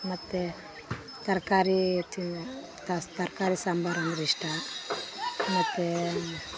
ಮತ್ತು ತರಕಾರಿ ತಿನ್ನೋ ತಸ್ ತರಕಾರಿ ಸಾಂಬಾರು ಅಂದ್ರೆ ಇಷ್ಟ ಮತ್ತು